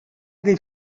niet